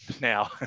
now